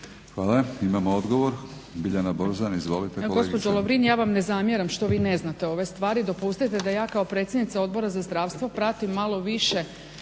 Hvala. Imamo odgovor, Biljana Borzan. Izvolite